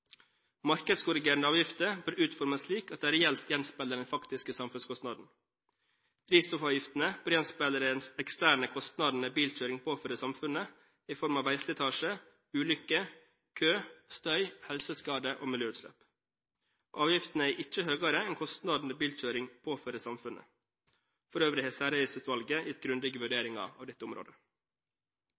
Markedskorrigerende avgifter bør utformes slik at de reelt gjenspeiler den faktiske samfunnskostnaden. Drivstoffavgiftene bør gjenspeile de eksterne kostnadene bilkjøring påfører samfunnet i form av veislitasje, ulykker, kø, støy, helseskader og miljøutslipp. Avgiftene er ikke høyere enn kostnadene bilkjøring påfører samfunnet. For øvrig har særavgiftsutvalget gitt grundige vurderinger av dette området.